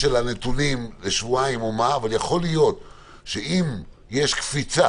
הנתונים לשבועיים אבל יכול להיות שאם יש קפיצה